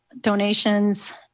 donations